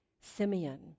Simeon